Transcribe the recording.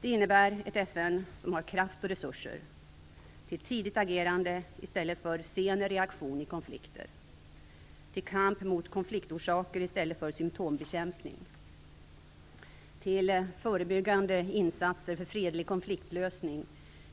Det innebär ett FN som har kraft och resurser: ?till tidigt agerande i stället för sen reaktion i konflikter, ?till kamp mot konfliktorsaker i stället för symptombekämpning, ?till förebyggande insatser för fredlig konfliktlösning,